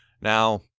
Now